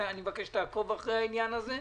אני מבקש שתעקוב אחרי העניין הזה.